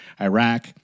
Iraq